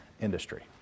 industry